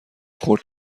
خرد